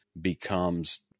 becomes